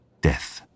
Death